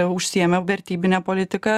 užsiėmė vertybine politika